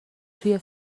توی